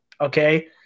okay